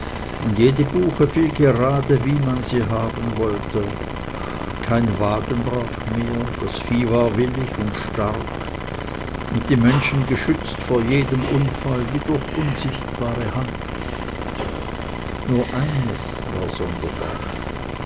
und jede buche fiel gerade wie man sie haben wollte kein wagen brach mehr das vieh war willig und stark und die menschen geschützt vor jedem unfall wie durch unsichtbare hand nur eines war sonderbar